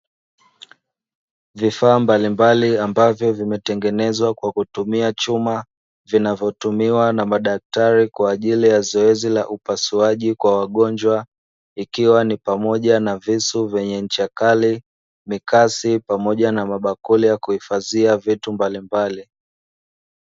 Vifaa mbalimbali ambavyo vimetengenezwa kwa kutumia chuma vinavyotumiwa na madaktari kwa ajili ya zoezi la upasuaji kwa wagonjwa ikiwa ni pamoja na visu vyenye ncha kali, mikasi pamoja na mabakuli ya kuhifadhia vitu mbalimbali.